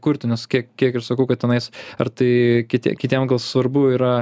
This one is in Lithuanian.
kurtinius kiek kiek ir sakau kad tenais ar tai kiti kitiem gal svarbu yra